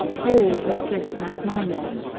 old, and dressed like miners,